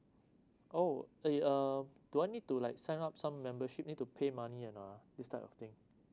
oh eh uh do I need to like sign up some membership need to pay money or not this type of thing